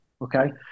Okay